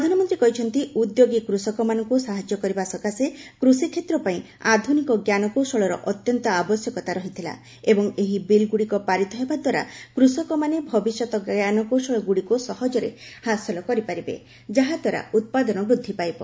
ପ୍ରଧାନମନ୍ତ୍ରୀ କହିଛନ୍ତି ଉଦ୍ୟୋଗୀ କୃଷକମାନଙ୍କୁ ସାହାଯ୍ୟ କରିବା ସକାଶେ କୃଷିକ୍ଷେତ୍ର ପାଇଁ ଆଧୁନିକ ଜ୍ଞାନକୌଶଳର ଅତ୍ୟନ୍ତ ଆବଶ୍ୟକତା ରହିଥିଲା ଏବଂ ଏହି ବିଲ୍ ଗୁଡିକ ପାରିତ ହେବା ଦ୍ୱାରା କୃଷକମାନେ ଭବିଷ୍ୟତ ଜ୍ଞାନକୌଶଳଗୁଡିକୁ ସହଜରେ ହାସଲ କରିପାରିବେ ଯାହାଦ୍ୱାରା ଉତ୍ପାଦନ ବୃଦ୍ଧି ପାଇବ